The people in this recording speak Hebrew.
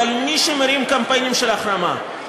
אבל מי שמרים קמפיינים של החרמה,